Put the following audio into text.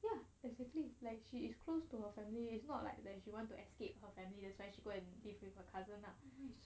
ya exactly like she is close to her family it's not like that if you want to escape her family that she go and live with my cousin lah